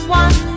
one